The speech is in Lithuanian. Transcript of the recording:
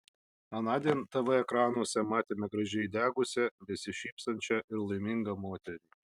anądien tv ekranuose matėme gražiai įdegusią besišypsančią ir laimingą moterį